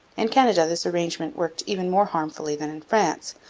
in canada this arrangement worked even more harmfully than in france,